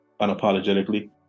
unapologetically